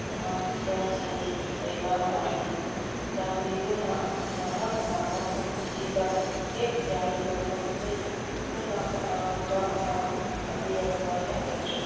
ꯁꯃꯁ꯭ꯌꯥꯁꯤꯡ ꯂꯩꯕ ꯃꯥꯜꯂꯤ ꯆꯥꯟꯕꯤꯗꯨꯅ ꯅꯍꯥꯛꯅ ꯃꯐꯝ ꯑꯁꯤꯗ ꯍꯦꯛ ꯌꯥꯔꯤꯕꯃꯈꯩ ꯊꯨꯅ ꯀꯅꯥꯒꯨꯝꯕ ꯑꯃ ꯊꯥꯕꯤꯔꯛꯄ ꯌꯥꯒꯗ꯭ꯔꯥ